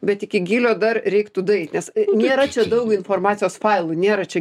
bet iki gylio dar reiktų daeit nes nėra čia daug informacijos failų nėra čia